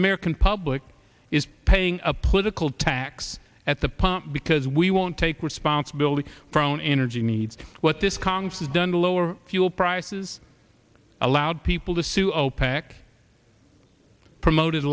american public is paying a political tax at the pump because we won't take responsibility for our own energy needs what this congress has done to lower fuel prices allowed people to sue opec promoted